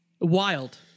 Wild